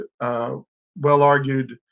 well-argued